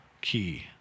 key